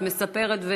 את מספרת,